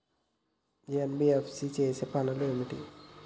NBFC చేసే పనులు ఏమిటి?